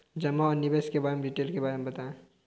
जमा और निवेश के बारे में डिटेल से बताएँ?